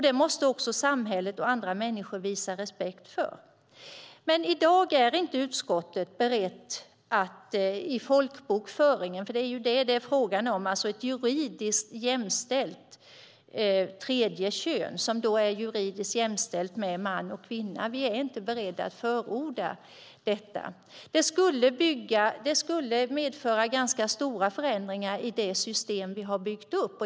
Det måste samhället och andra människor visa respekt för. Men utskottet är i dag inte berett att i folkbokföringen införa ett tredje kön. Det är detta som det är fråga om, alltså ett tredje kön som är juridiskt jämställt med man och kvinna. Vi är inte beredda att förorda detta. Det skulle medföra ganska stora förändringar i det system som vi har byggt upp.